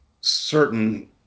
certain